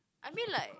I mean like